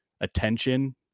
attention